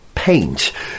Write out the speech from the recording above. Paint